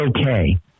okay